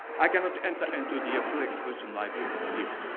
i cannot enter into the full expression by view here,